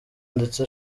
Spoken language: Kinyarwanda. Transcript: ndetse